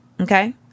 okay